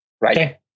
Right